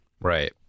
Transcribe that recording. right